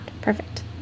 perfect